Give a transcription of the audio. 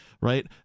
right